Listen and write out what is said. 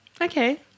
Okay